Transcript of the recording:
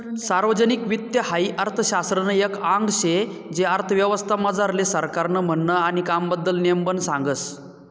सार्वजनिक वित्त हाई अर्थशास्त्रनं एक आंग शे जे अर्थव्यवस्था मझारलं सरकारनं म्हननं आणि कामबद्दल नेमबन सांगस